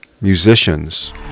musicians